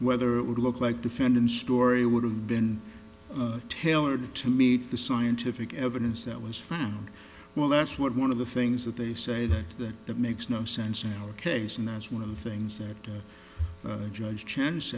whether it would look like defendants story would have been tailored to meet the scientific evidence that was found well that's what one of the things that they say that that that makes no sense in our case and that's one of the things that judge chan